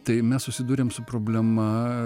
tai mes susidūrėm su problema